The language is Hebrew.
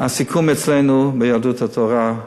הסיכום אצלנו ביהדות התורה,